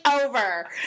over